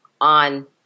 on